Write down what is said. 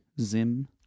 Zim